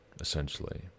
essentially